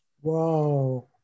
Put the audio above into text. Whoa